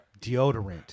deodorant